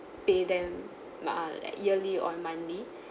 pay them err like yearly or monthly